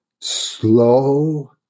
slow